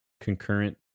concurrent